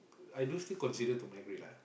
I do still consider to migrate lah